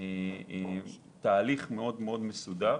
יש תהליך מאוד מסודר